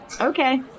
Okay